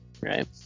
Right